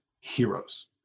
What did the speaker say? heroes